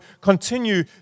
continue